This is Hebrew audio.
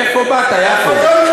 מאיפה באת, יעקב?